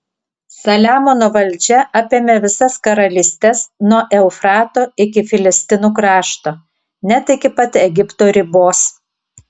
saliamono valdžia apėmė visas karalystes nuo eufrato iki filistinų krašto net iki pat egipto ribos